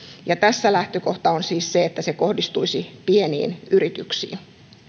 tässä lähtökohta on siis se että se kohdistuisi pieniin yrityksiin